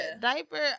diaper